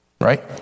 right